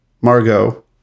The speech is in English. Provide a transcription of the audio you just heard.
Margot